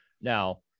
now